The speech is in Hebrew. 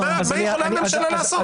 מה יכולה ממשלה לעשות?